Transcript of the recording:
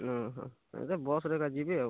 ହୁଁ ହୁଁ ତାହେଲେ ବସ୍ରେ ଏକା ଯିବେ ଆଉ